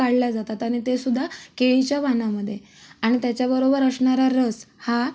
काढल्या जातात आणि ते सुद्धा केळीच्या पानांमध्ये आणि त्याच्याबरोबर असणारा रस हा